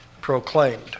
proclaimed